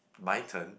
my turn